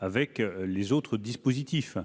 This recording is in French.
avec les autres dispositifs